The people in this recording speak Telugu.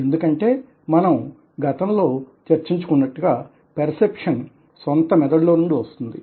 ఎందుకంటే మనం గతంలో చర్చించుకున్నట్లుగా పెర్సెప్షన్ సొంత మెదడులో నుండి వస్తుంది